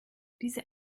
diese